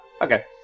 okay